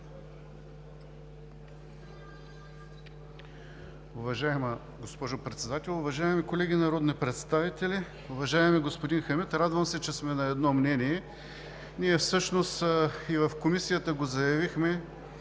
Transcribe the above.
Уважаема госпожо Председател, уважаеми колеги народни представители! Уважаеми господин Хамид, радвам се, че сме на едно мнение. Ние всъщност и в Комисията го заявихме,